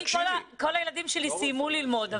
כל הילדים שלי סיימו ללמוד,